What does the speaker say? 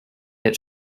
its